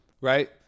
Right